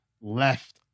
left